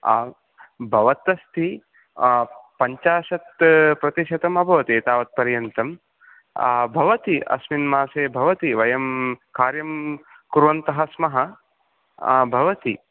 आ भवत् अस्ति पञ्चाशत् प्रतिशतम् अभवत् एतावत् पर्यन्तं भवति अस्मिन् मासे भवति वयं कार्यं कुर्वन्तः स्मः भवति